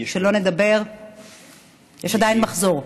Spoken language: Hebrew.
שלא לדבר שיש עדיין מחסור,